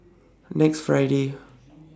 next Friday